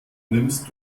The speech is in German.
nimmst